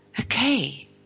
Okay